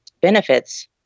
benefits